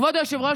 כבוד היושב-ראש,